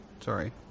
Sorry